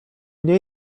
nie